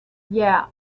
yeah